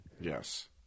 Yes